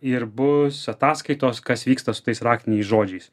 ir bus ataskaitos kas vyksta su tais raktiniais žodžiais